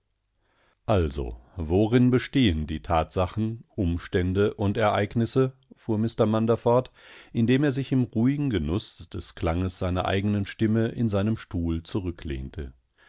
also woein bestehen die tatsachen umstände und ereignisse fuhr mr munder fort indem er sich im ruhigen genuß des klanges seiner eigenen stimme in seinem stuhl zurücklehnte